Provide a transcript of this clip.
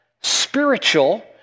spiritual